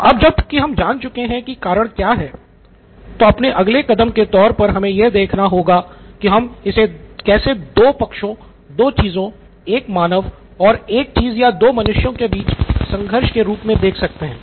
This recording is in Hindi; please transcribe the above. तो अब जब की हम जान चुके हैं कि कारण क्या है तो अपने अगले कदम के तौर पर हमे यह देखना होगा की हम इसे कैसे दो पक्षों दो चीजों एक मानव और एक चीज या दो मनुष्यों के बीच संघर्ष के रूप में देख सकते है